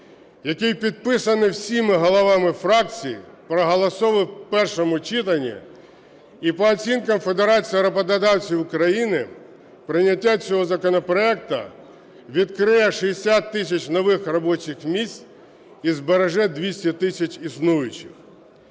який підписаний всіма головами фракцій, проголосований в першому читанні, і, по оцінках Федерації роботодавців України, прийняття цього законопроекту відкриє 60 тисяч нових робочих місць і збереже 200 тисяч існуючих.